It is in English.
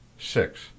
six